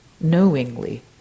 knowingly